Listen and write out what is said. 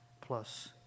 plus